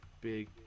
big